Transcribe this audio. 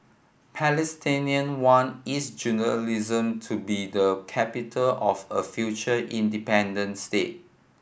palestinians want East Jerusalem to be the capital of a future independent state